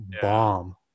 bomb